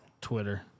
Twitter